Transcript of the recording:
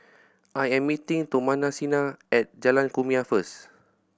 I am meeting Thomasina at Jalan Kumia first